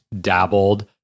dabbled